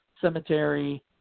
cemetery